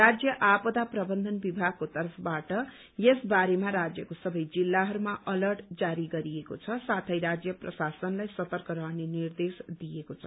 राज्य आपदा प्रबन्धन विभागको तर्फबाट यस बारेमा राज्यको सबै जिल्लाहरूमा अलर्ट जारी गरिएको छ साथै राज्य प्रशासनलाई सतर्क रहने निर्देश दिएको छ